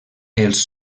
els